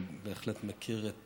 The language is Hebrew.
אבל אני בהחלט מכיר את